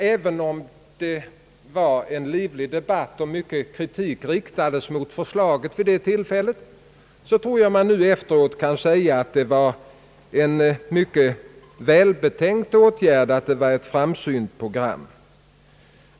Även om det var en livlig debatt och mycken kritik riktades mot förslaget vid det tillfället, tror jag man nu efteråt kan säga, att det var mycket välbetänkta åtgärder och att det var ett framsynt program.